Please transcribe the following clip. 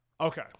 Okay